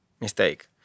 Mistake